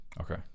Okay